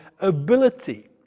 ability